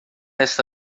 esta